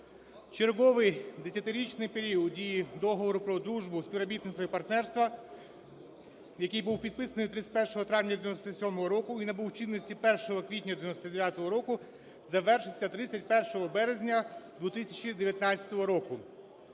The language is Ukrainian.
Черговий 10-річний період дії Договору про дружбу, співробітництво і партнерство, який був підписаний 31 травня 97-го року і набув чинності 1 квітня 99-го року, завершується 31 березня 2019 року.